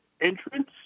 entrance